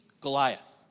Goliath